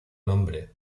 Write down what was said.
nombre